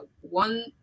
one